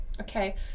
Okay